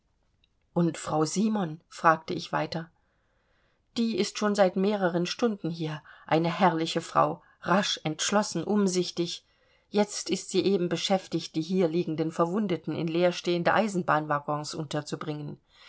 und frau simon fragte ich weiter die ist schon seit mehreren stunden hier eine herrliche frau rasch entschlossen umsichtig jetzt ist sie eben beschäftigt die hier liegenden verwundeten in leerstehende eisenbahnwaggons unterzubringen